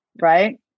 Right